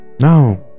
now